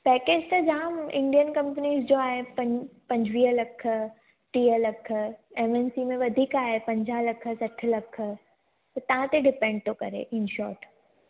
package त जामु Indian कम्पनीसि जो आहे पंज पंजवीह लख टीह लख एम एन सी में वधीक आहे पंजाह लख सठि लख तव्हां ते डिपेन्ट थो करे इनशॉट